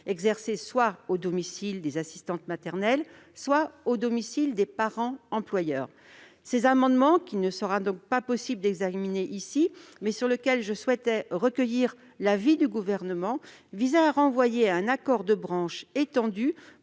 exercés au domicile soit des assistants maternels, soit des parents employeurs. Ces amendements, qu'il nous sera impossible d'examiner ici, mais sur lesquels je souhaite recueillir l'avis du Gouvernement, visaient à renvoyer à un accord de branche étendu